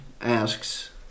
asks